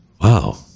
Wow